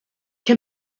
can